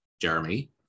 Jeremy